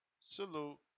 Salute